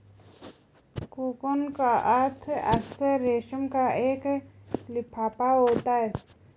cocoon का अर्थ अक्सर रेशम का एक लिफाफा होता है